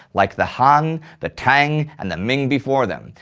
like the han, the tang and the ming before them.